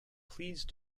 please